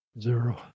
Zero